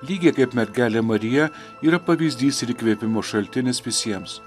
lygiai kaip mergelė marija yra pavyzdys ir įkvėpimo šaltinis visiems